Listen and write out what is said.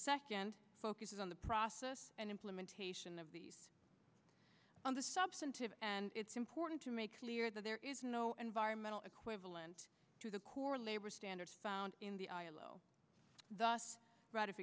second focuses on the process and implementation of these on the substantive and it's important to make clear that there is no environmental equivalent to the core labor standards found in the ilo thus r